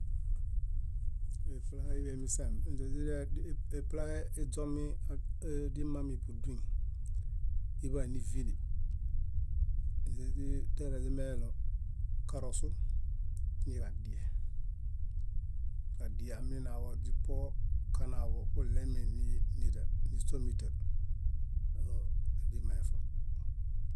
Iplahe iɦameḃe sẽp iplahe iźomi źimami buduñ iḃan nívili, tiare źimeeɭo karosu niġadie. Kadie amina źipuo kanaaḃo kuɭeemi níśomita źimãefaŋ.